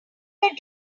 were